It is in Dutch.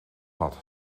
had